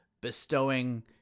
bestowing